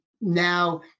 now